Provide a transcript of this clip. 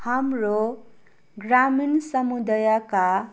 हाम्रो ग्रामीण समुदयका